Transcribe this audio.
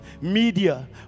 media